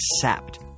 sapped